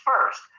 first